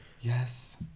Yes